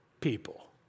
people